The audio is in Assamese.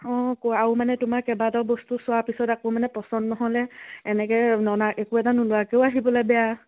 অঁ আৰু মানে তোমাৰ কেইবাটাও বস্তু চোৱাৰ পিছত আকৌ মানে পচন্দ নহ'লে এনেকে ননা একো এটা নোলোৱাকে আহিবলে বেয়া